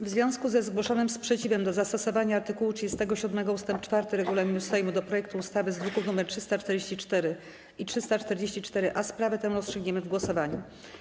W związku ze zgłoszonym sprzeciwem do zastosowania art. 37 ust. 4 regulaminu Sejmu do projektu ustawy z druków nr 344 i 344-A sprawę tę rozstrzygniemy w głosowaniu.